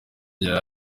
yari